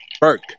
Burke